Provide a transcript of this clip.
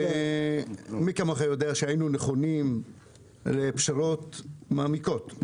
מי כמוך יודע שהיינו נכונים לפשרות מעמיקות,